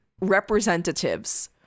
representatives